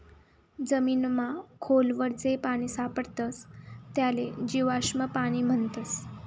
जमीनमा खोल वर जे पानी सापडस त्याले जीवाश्म पाणी म्हणतस